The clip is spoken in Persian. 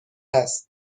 است